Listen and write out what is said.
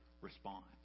respond